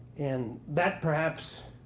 and that perhaps